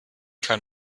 kein